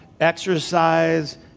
exercise